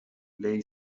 lay